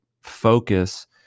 focus